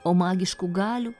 o magiškų galių